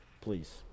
please